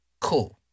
cool